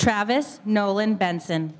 travis nolan benson